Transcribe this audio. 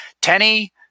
Tenny